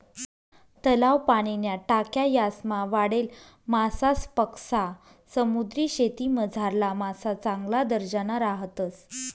तलाव, पाणीन्या टाक्या यासमा वाढेल मासासपक्सा समुद्रीशेतीमझारला मासा चांगला दर्जाना राहतस